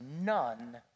none